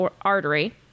artery